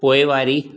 पोइवारी